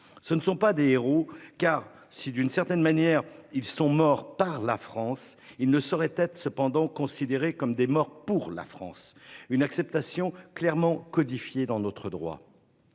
Ce ne sont pas des héros. Car si d'une certaine manière ils sont morts par la France, il ne saurait être cependant considéré comme des morts pour la France une acceptation clairement codifié dans notre droit.